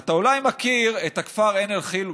אתה אולי מכיר את הכפר עין אל-חילווה.